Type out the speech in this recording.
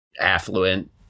affluent